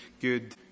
good